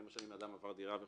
אם החייב עבר דירה,